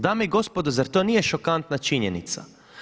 Dame i gospodo zar to nije šokantna činjenica?